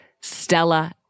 Stella